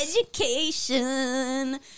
education